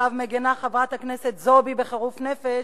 שעליו מגינה חברת הכנסת זועבי בחירוף נפש,